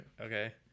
okay